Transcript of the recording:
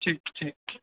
ठीक ठीक